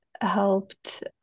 helped